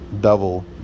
double